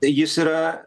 jis yra